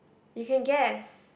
you can guess